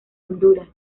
honduras